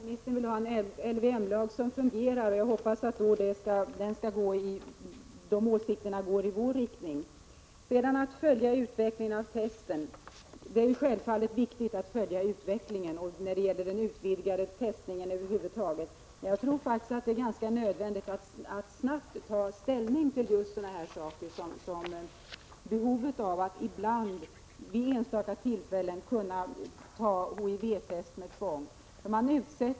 Herr talman! Jag noterar med tillfredsställelse att socialministern vill ha en LVM-lag som fungerar. Jag hoppas att lagen blir sådan att den ligger i linje med de åsikter vi framfört. Självfallet är det viktigt att följa utvecklingen av testen och den utvidgade testningen. Jag tror emellertid att det är nödvändigt att snabbt ta ställning till frågan om behovet av att vid enstaka tillfällen kunna utföra HIV-tester med tvång.